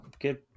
good